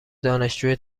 دانشجوی